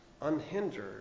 unhindered